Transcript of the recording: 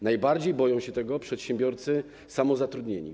Najbardziej boją się tego przedsiębiorcy samozatrudnieni.